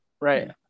Right